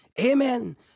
Amen